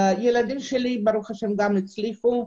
הילדים שלי, ברוך השם, גם הם הצליחו.